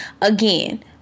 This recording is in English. again